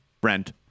Brent